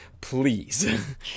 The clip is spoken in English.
please